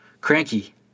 Cranky